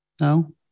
No